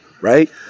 right